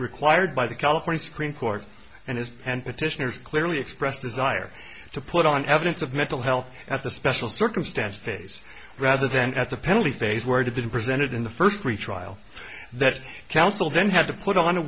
required by the california supreme court and his and petitioners clearly expressed desire to put on evidence of mental health at the special circumstance phase rather than at the penalty phase where did the presented in the first free trial that counsel then had to put on a